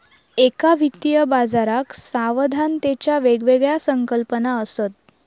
एका वित्तीय बाजाराक सावधानतेच्या वेगवेगळ्या संकल्पना असत